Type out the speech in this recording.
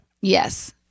Yes